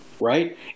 right